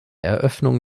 eröffnung